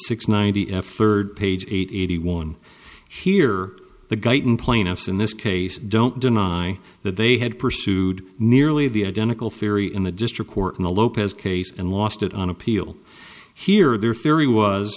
six ninety f third page eighty one here the guyton plaintiffs in this case don't deny that they had pursued nearly the identical theory in the district court in the lopez case and lost it on appeal here their theory was